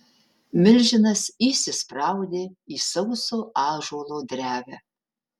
milžinas įsispraudė į sauso ąžuolo drevę